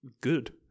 good